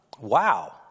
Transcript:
Wow